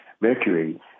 Mercury